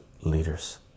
leaders